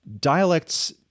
dialects